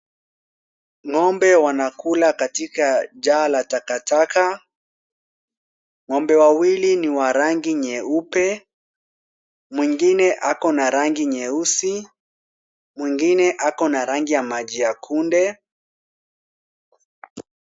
Ng'ombe wanakula katika jaa la takataka. Ng'ombe wawili ni wa rangi nyeupe, mwingine akona rangi nyeusi, mwingine akona rangi ya maji ya kunde.